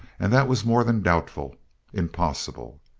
and that was more than doubtful impossible!